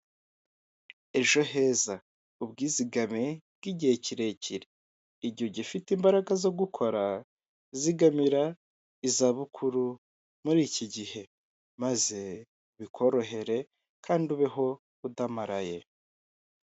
Ejo heza ubwizigame bw'igihe kirekire, igihe ugifite imbaraga zo gukora zigamira izabukuru muri iki gihe maze bikorohere kandi ubeho udamaraye.